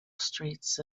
streets